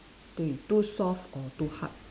对 too soft or too hard